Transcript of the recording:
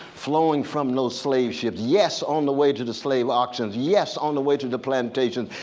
flowing from those slave ships, yes, on the way to the slave auctions, yes, on the way to the plantations,